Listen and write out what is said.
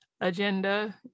agenda